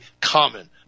common